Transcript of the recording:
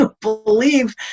believe